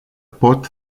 pot